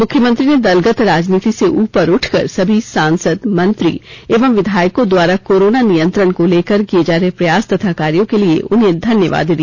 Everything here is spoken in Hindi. मुख्यमंत्री ने दलगत राजनीति से ऊपर उठकर सभी सांसद मंत्री एवं विधायकों द्वारा कोरोना नियंत्रण को लेकर किए जा रहे प्रयास तथा कार्यों के लिए उन्हें धन्यवाद दिया